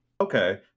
okay